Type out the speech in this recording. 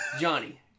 Johnny